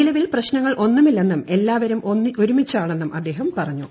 നിലവിൽ പ്രശ്നങ്ങൾ ഒന്നുമില്ലെന്നും എല്ലാവരും ഒരുമിച്ചാണെന്നും അദ്ദേഹം പറഞ്ഞു